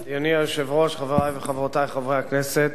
חבר הכנסת